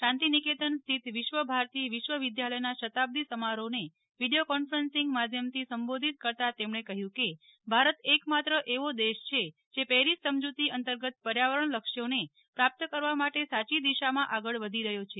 શાંતિ નિકેતન સ્થિત વિશ્વભારતી વિશ્વવિદ્યાલયના શતાબ્દી સમારોહને વિડિયો કોન્ફરન્સીંગ માધ્યમથી સંબોધિત કરતાં તેમણે કહ્યું કે ભારત એકમાત્ર એવો દેશ છે જે પેરિસ સમજૂતી અંતર્ગત પર્યાવરણ લક્ષ્યોને પ્રાપ્ત કરવા માટે સાચી દિશામાં આગળ વધી રહ્યો છે